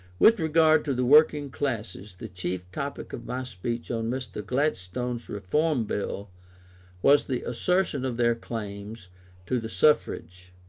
with regard to the working classes, the chief topic of my speech on mr. gladstone's reform bill was the assertion of their claims to the suffrage.